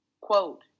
quote